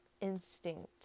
instinct